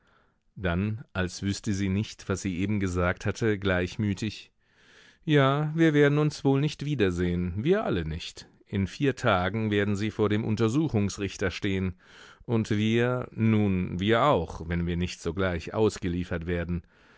dann als wüßte sie nicht was sie eben gesagt hatte gleichmütig ja wir werden uns wohl nicht wiedersehen wir alle nicht in vier tagen werden sie vor dem untersuchungsrichter stehen und wir nun wir auch wenn wir nicht sogleich ausgeliefert werden